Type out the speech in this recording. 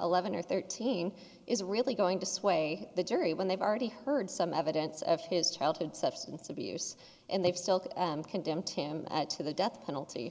eleven or thirteen is really going to sway the jury when they've already heard some evidence of his childhood substance abuse and they've still to condemn tim to the death penalty